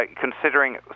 considering